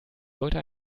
sollte